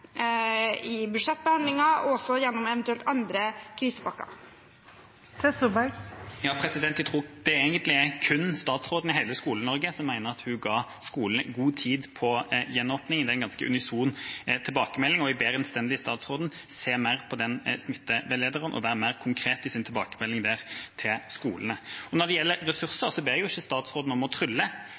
i budsjettbehandlingen, og eventuelt også gjennom andre krisepakker. Torstein Tvedt Solberg – til oppfølgingsspørsmål. Jeg tror det egentlig er kun statsråden i hele Skole-Norge som mener at hun ga skolene god tid til gjenåpningen. Det er en ganske unison tilbakemelding, og jeg ber innstendig statsråden se mer på smitteveilederen og være mer konkret i sin tilbakemelding til skolene. Når det gjelder ressurser, ber jeg ikke statsråden om å trylle